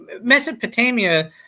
Mesopotamia